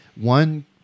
one